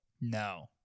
No